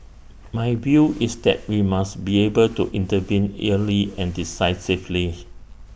my view is that we must be able to intervene early and decisively